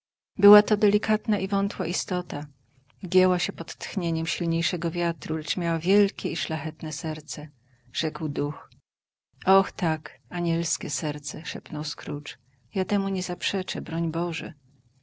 była to delikatna i wątła istota gięła się pod tchnieniem silniejszego wiatru lecz miała wielkie i szlachetne serce rzekł duch oh tak anielskie serce szepnął scrooge ja temu nie zaprzeczę broń boże